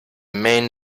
man